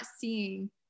seeing